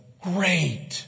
great